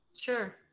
Sure